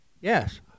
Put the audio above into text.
Yes